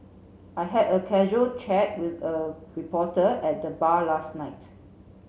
I had a casual chat with a reporter at the bar last night